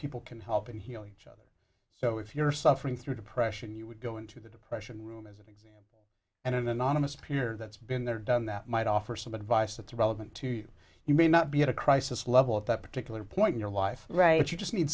people can help heal each other so if you're suffering through depression you would go into the depression room as it exists and an anonymous peer that's been there done that might offer some advice that's relevant to you you may not be at a crisis level at that particular point in your life right you just need